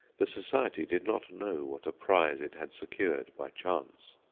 the society did not know what a prize it had secured by chance.